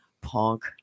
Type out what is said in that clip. Punk